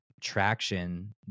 traction